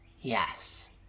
Yes